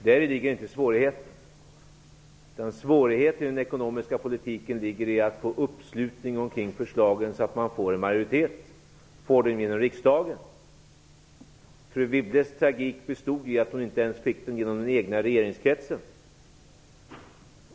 Däri ligger inte svårigheten, utan svårigheten i den ekonomiska politiken ligger i att få en uppslutning kring förslagen så att man får en majoritet, får förslagen genom riksdagen. Fru Wibbles tragik bestod i att hon inte ens fick genom förslagen i den egna regeringskretsen.